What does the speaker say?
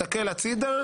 תסתכל הצדה,